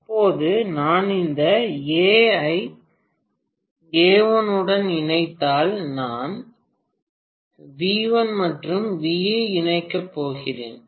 இப்போது நான் இந்த A ஐ A1 உடன் இணைத்தால் நான் V1 மற்றும் V ஐ இணைக்கப் போகிறேன்